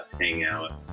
hangout